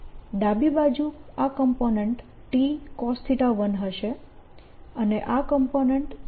ડાબી બાજુ આ કોમ્પોનેન્ટ Tcos1 થશે અને આ કોમ્પોનેન્ટ Tsin1 થશે